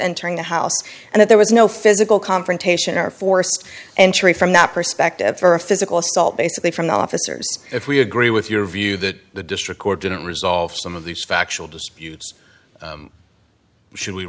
entering the house and that there was no physical confrontation or forced entry from that perspective for a physical assault basically from the officers if we agree with your view that the district court didn't resolve some of these factual disputes should we